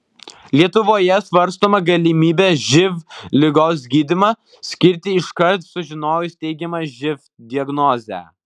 lietuvoje svarstoma galimybė živ ligos gydymą skirti iškart sužinojus teigiamą živ diagnozę